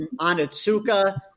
Onitsuka